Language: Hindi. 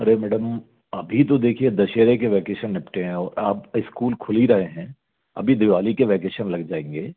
अरे मेडम अभी तो देखिए दशहरे के वेकेसन निपटे हैं और आप इस्कूल खुल ही रहे हैं अभी दिवाली के वेकेशन लग जाएंगे